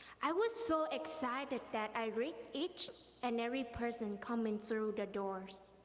i was so excited that i greet each and every person coming through the doors.